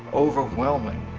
overwhelming.